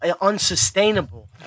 unsustainable